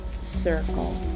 circle